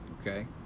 Okay